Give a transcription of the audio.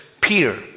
Peter